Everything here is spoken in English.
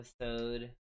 Episode